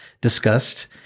discussed